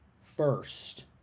first